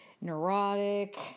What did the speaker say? neurotic